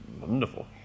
wonderful